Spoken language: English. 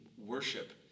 worship